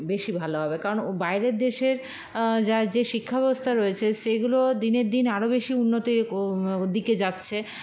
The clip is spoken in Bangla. বেশি ভাল হবে কারণ বাইরের দেশের যে শিক্ষাব্যবস্থা রয়েছে সেগুলো দিনের দিন আরো বেশি উন্নতির দিকে যাচ্ছে